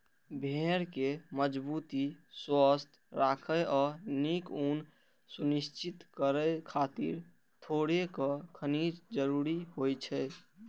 भेड़ कें मजबूत, स्वस्थ राखै आ नीक ऊन सुनिश्चित करै खातिर थोड़ेक खनिज जरूरी होइ छै